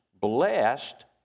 Blessed